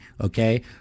okay